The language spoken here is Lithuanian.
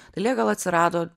dailė gal atsirado